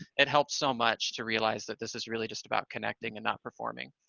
it helps so much to realize that this is really just about connecting and not performing